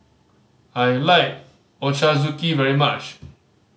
I like Ochazuke very much